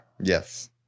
Yes